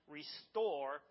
restore